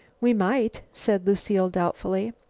we might, said lucile doubtfully.